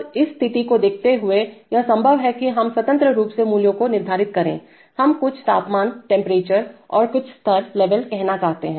तब इस स्थिति को देखते हुए यह संभव है कि हम स्वतंत्र रूप से मूल्यों को निर्धारित करें हमें कुछ तापमानटेम्परेचर और कुछ स्तरलेवल कहना चाहिए